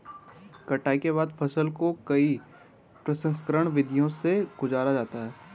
कटाई के बाद फसल को कई प्रसंस्करण विधियों से गुजारा जाता है